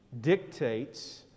dictates